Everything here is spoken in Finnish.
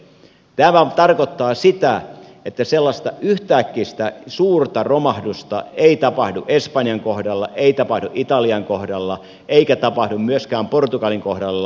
tämä tarkoittaa sitä että sellaista yhtäkkistä suurta romahdusta ei tapahdu espanjan kohdalla ei tapahdu italian kohdalla eikä tapahdu myöskään portugalin kohdalla